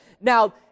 Now